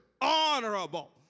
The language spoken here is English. honorable